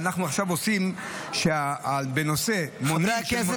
ואנחנו עכשיו עושים שבנושא --- חברי הכנסת,